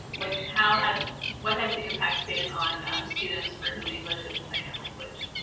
like how has what has the impact been on students for whom english is a second language?